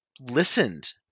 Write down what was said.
listened